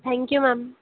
thank you ma'am